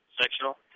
Sectional